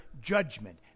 judgment